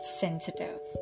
sensitive